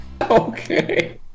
Okay